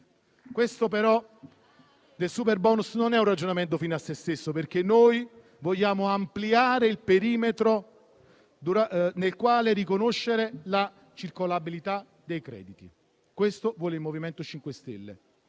Quello del *superbonus*, però, non è un ragionamento fine a se stesso, perché noi vogliamo ampliare il perimetro nel quale riconoscere la circolabilità dei crediti d'imposta. Il MoVimento 5 Stelle